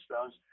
Stones